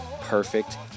Perfect